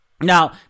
now